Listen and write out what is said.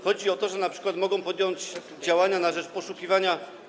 Chodzi o to, że np. mogą podjąć działania na rzecz poszukiwania.